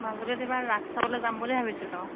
মাজুলীত এইবাৰ ৰাস চাবলৈ যাম বুলি ভাবিছিলোঁ